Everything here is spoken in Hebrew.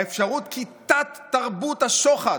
האפשרות כי תת-תרבות השוחד,